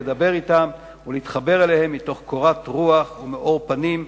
לדבר אתם ולהתחבר אליהם מתוך קורת רוח ומאור פנים,